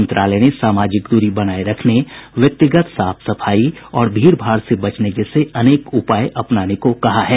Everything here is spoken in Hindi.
मंत्रालय ने सामाजिक दूरी बनाए रखने व्यक्तिगत साफ सफाई और भीड़भाड़ से बचने जैसे अनेक उपाय करने को कहा है